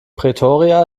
pretoria